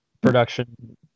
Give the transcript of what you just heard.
production